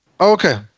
Okay